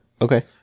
Okay